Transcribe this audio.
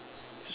ya